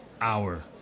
hour